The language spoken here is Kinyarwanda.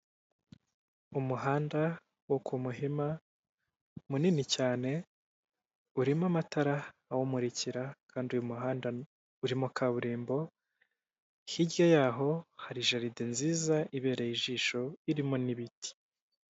Umuhanda wo ku Muhima munini cyane urimo amatara awumurikira, kandi uyu muhanda urimo kaburimbo, hirya yaho hari jaride nziza ibereye ijisho irimo n'ibiti.